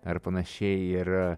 ar panašiai ir